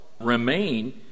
remain